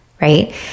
right